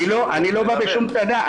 אני לא בא בשום טענה,